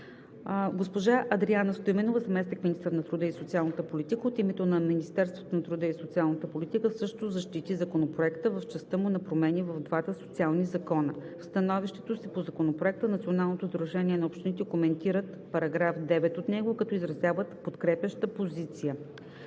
Госпожа Адриана Стоименова – заместник министър на труда и социалната политика, от името на Министерството на труда и социалната политика също защити Законопроекта в частта му на промени в двата социални закона. В становището си по Законопроекта Националното сдружение на общините коментира § 9 от него, като изразява подкрепяща позиция.